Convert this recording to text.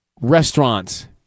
restaurants